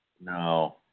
No